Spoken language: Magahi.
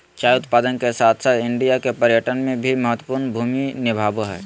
चाय उत्पादन के साथ साथ इंडिया के पर्यटन में भी महत्वपूर्ण भूमि निभाबय हइ